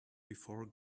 before